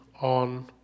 on